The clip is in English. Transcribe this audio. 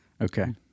Okay